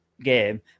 game